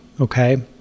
Okay